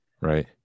Right